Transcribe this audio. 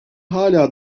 hala